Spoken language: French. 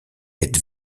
êtes